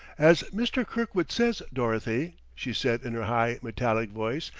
as mr. kirkwood says, dorothy, she said in her high, metallic voice,